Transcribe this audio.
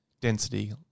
density